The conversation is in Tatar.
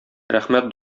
рәхмәт